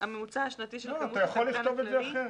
אתה יכול לכתוב את זה אחרת.